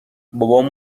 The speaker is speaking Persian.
بابام